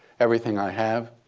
everything i have,